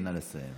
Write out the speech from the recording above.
נא לסיים.